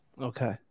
Okay